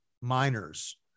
minors